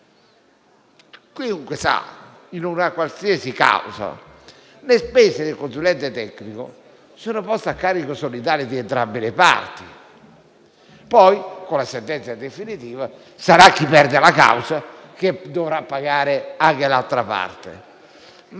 che in una qualsiasi causa le spese del consulente tecnico sono poste a carico solidale di entrambe le parti, poi, con la sentenza definitiva, sarà chi perde la causa che dovrà pagare anche le spese